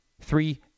three